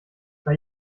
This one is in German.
bei